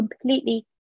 completely